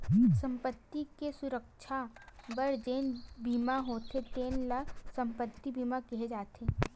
संपत्ति के सुरक्छा बर जेन बीमा होथे तेन ल संपत्ति बीमा केहे जाथे